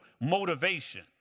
motivation